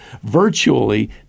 virtually